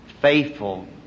Faithful